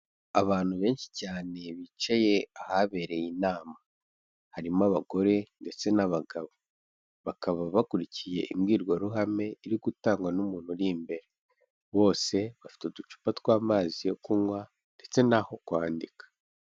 Abantu benshi cyane bicaye ahabereye inama, harimo abagore ndetse n'abagabo, bakaba bakurikiye imbwirwaruhame iri gutangwa n'umuntu uri imbere; bose bafite uducupa tw'amazi yo kunywa ndetse n'aho kwandika.